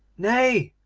nay,